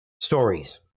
stories